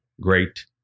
great